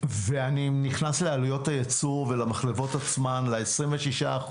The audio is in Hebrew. אני נכנס לעלויות היצור ולמחלבות עצמן, ל-26%.